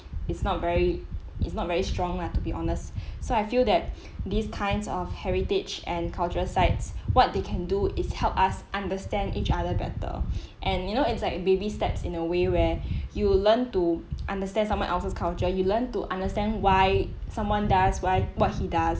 it's not very it's not very strong lah to be honest so I feel that these kinds of heritage and cultural sites what they can do is help us understand each other better and you know it's like baby steps in a way where you learn to understand someone else's culture you learn to understand why someone does why what he does